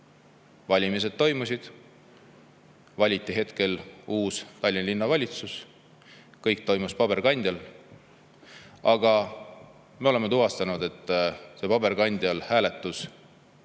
Valimised toimusid, valiti uus Tallinna Linnavalitsus, kõik toimus paberkandjal. Aga me oleme tuvastanud, et see paberkandjal toimunud